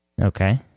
Okay